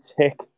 tick